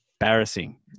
embarrassing